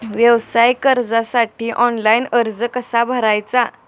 व्यवसाय कर्जासाठी ऑनलाइन अर्ज कसा भरायचा?